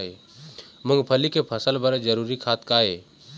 मूंगफली के फसल बर जरूरी खाद का ये?